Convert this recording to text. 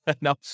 No